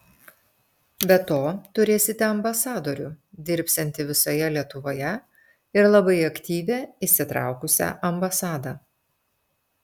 be to turėsite ambasadorių dirbsiantį visoje lietuvoje ir labai aktyvią įsitraukusią ambasadą